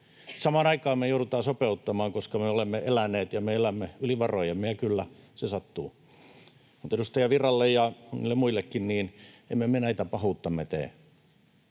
Samaan aikaan me joudutaan sopeuttamaan, koska me olemme eläneet ja me elämme yli varojemme, ja kyllä, se sattuu, mutta edustaja Virralle ja monille muillekin: Emme me näitä pahuuttamme tee.